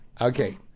Okay